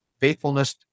Faithfulness